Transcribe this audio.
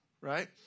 right